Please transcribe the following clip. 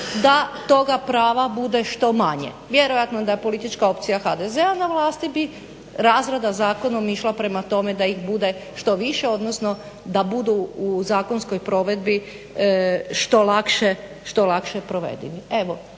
da toga prava bude što manje. Vjerojatno da politička opcija HDZ-a na vlasti bi razrada zakonom išla prema tome da ih bude što više, odnosno da budu u zakonskoj provedbi što lakše provedivi.